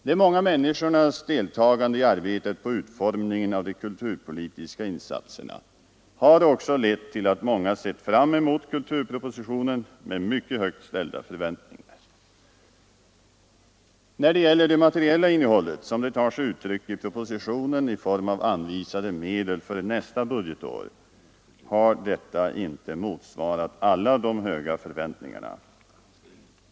De många människornas deltagande i arbetet på utformningen av de kulturpolitiska insatserna har också lett till att man sett fram mot kulturpropositionen med mycket högt ställda förväntningar. När det gäller det materiella innehållet, som det tar sig uttryck i propositionen i form av anvisade medel för nästa budgetår, har detta inte svarat mot alla de höga förväntningarna.